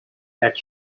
that